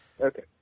Okay